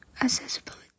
accessibility